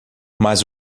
mas